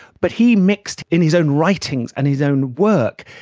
but he mixed, in his own writings and his own work,